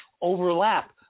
overlap